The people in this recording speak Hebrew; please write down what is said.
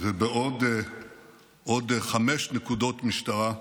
ועוד חמש נקודות משטרה,